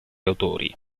autori